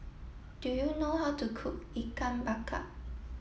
do you know how to cook Ikan Bakar